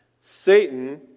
Satan